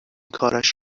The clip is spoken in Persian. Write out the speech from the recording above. کارش